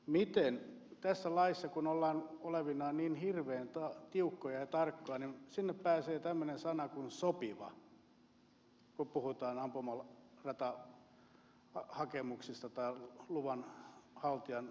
kun tässä laissa ollaan olevinaan niin hirveän tiukkoja ja tarkkoja niin miten sinne pääsee tämmöinen sana kuin sopiva kun puhutaan ampumaratahakemuksista tai luvanhaltijan ominaisuuksista